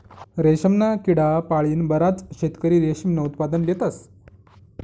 रेशमना किडा पाळीन बराच शेतकरी रेशीमनं उत्पादन लेतस